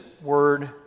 word